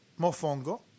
Mofongo